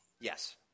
Yes